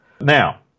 Now